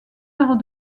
heure